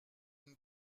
une